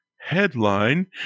headline